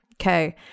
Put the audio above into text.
Okay